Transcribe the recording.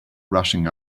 rushing